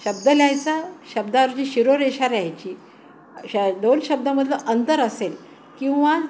शब्द लिहायचा शब्दावरची शिरोरेषा रा लिहायची श दोन शब्दामधलं अंतर असेल किंवा